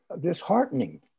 disheartening